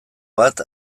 bat